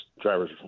driver's